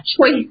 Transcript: choice